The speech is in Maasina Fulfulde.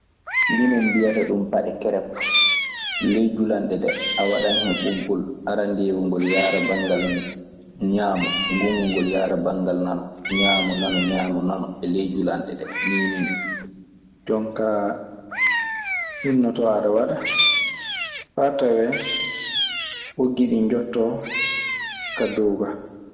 Minen mbiyata ɗun paɗe kerep. Ley julanɗe ɗee a waɗan hen ɓoggol arandeewu ngol yaara bange ñaamo gongol ngol yaara. Bangal nano ñaama nano ñaamo nano e ley julanɗe ɗee niinii non. Jon kaa hinnoto aɗa waɗa faa tawee moggi ɗii njottoo ka dow gaa.